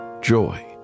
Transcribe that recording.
joy